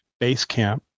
Basecamp